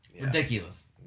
Ridiculous